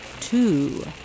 two